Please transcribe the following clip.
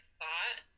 thought